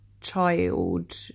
child